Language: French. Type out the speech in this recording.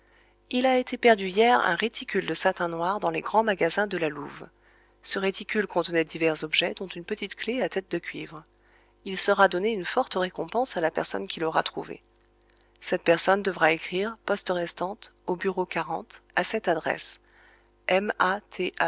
il a été perdu hier un réticule de satin noir dans les grands magasins de la louve ce réticule contenait divers objets dont une petite clef à tête de cuivre il sera donné une forte récompense à la personne qui l'aura trouvée cette personne devra écrire poste restante au bureau à cette adresse